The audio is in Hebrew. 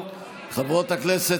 חבר הכנסת